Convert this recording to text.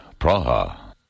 Praha